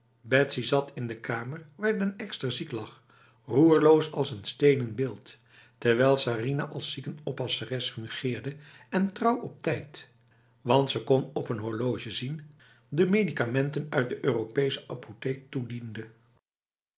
betsy zat in de kamer waar den ekster ziek lag roerloos als een stenen beeld terwijl sarinah als ziekenoppasseres fungeerde en trouw op tijd want ze kon op een horloge zien de medicamenten uit de europese apotheek toediende